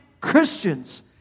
Christians